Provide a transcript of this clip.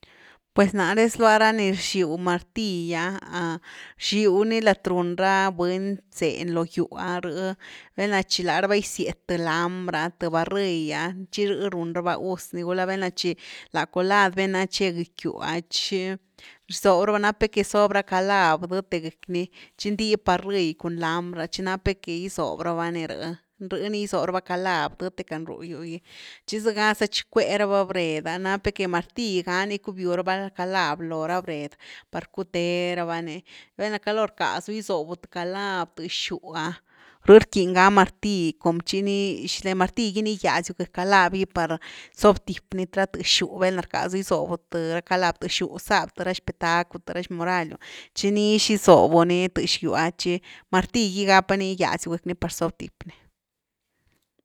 Pues nare zlua ra ni rxiu martill’a rxiu ni lat run ra buny zeny, lo gyu ah rh val’na tchi laraba gisiet th lambr’a th varill’a tchi rh run raba gus ni gulá val´na tchi la culad vaná che gëcky gyw ah tchi rzob raba, nap ni que zob ra calab dëthe gëcky ni tchi ndib varill cun lambr ah tchi nap ni que gizob raba ni rh rh ni gysob raba calav dëthe can ru gyw gy tchi zëga za tchi cuee raba bred’a napni que martill ga ni cubiu raba calav lo ra bred par cuthe raba ni, val’na caloo rcasu gisobu th calav tëx gyw ah rh rquiny ga martill com chi ni martill gi ni gigyazu gëcky calav gy par zob tip ni ra tëx gyw, val’na rckaazu gisobu th ra calav tëx gyw, zaby th ra xpetacku, th ra xmoraliu, tchi nix gisobu’ni tëx gyw a tchi martill gy ga ni gigyaziu gëcky ni par zob tip ni.